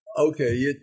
Okay